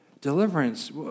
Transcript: deliverance